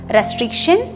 Restriction